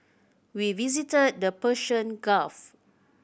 we visited the Persian Gulf